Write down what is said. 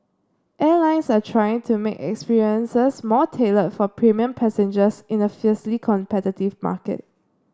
airlines are trying to make experiences more tailored for premium passengers in a fiercely competitive market